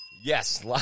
Yes